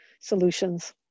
solutions